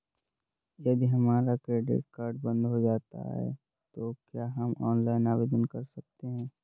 यदि हमारा credit card बंद हो जाता है तो क्या हम ऑनलाइन आवेदन कर सकते हैं?